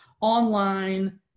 online